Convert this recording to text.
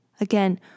Again